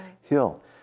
hill